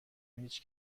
هیچ